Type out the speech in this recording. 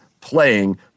playing